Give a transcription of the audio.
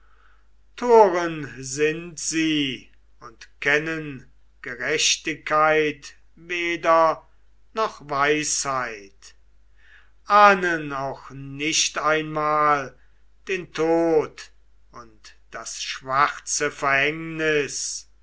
toren sind sie und kennen gerechtigkeit weder noch weisheit ahnden auch nicht einmal den tod und das schwarze verhängnis